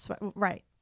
right